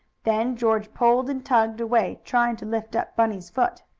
then george pulled and tugged away, trying to lift up bunny's foot.